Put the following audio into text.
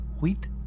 wheat